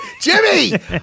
jimmy